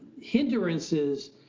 hindrances